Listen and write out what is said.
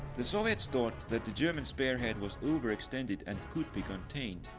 the soviets thought, that the german spearhead was overextended and could be contained,